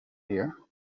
here